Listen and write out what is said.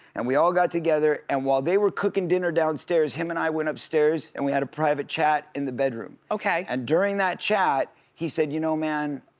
and we all got together, and while they were cooking dinner downstairs, him and i went upstairs and we had a private chat in the bedroom. and during that chat, he said, you know man,